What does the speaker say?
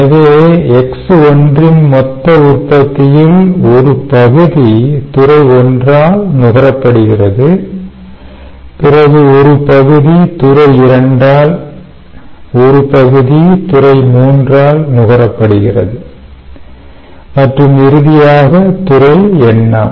எனவே X1 ன் மொத்த உற்பத்தியில் ஒரு பகுதி துறை 1 ஆல் நுகரப்படுகிறது பிறகு ஒரு பகுதி துறை 2 ஆல் ஒரு பகுதி துறை 3 ஆல் நுகரப்படுகிறது மற்றும் இறுதியாக துறை n ஆல்